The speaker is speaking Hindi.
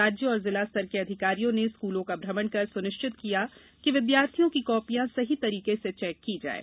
राज्य और जिला स्तर के अधिकारियों ने स्कूलों का भ्रमण कर सुनिश्चित किया कि विद्यार्थियों की कॉपियाँ सही तरीके से चेक की जाएं